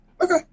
okay